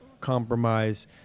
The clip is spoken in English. compromise